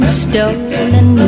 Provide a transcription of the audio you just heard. stolen